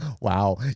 Wow